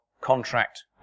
contract